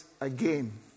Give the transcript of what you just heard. again